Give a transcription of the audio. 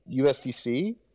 USDC